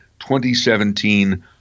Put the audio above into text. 2017